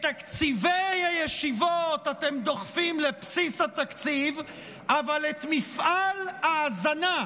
את תקציבי הישיבות אתם דוחפים לבסיס התקציב אבל את מפעל ההזנה,